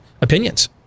opinions